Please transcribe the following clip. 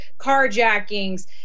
carjackings